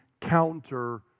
counter